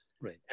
Right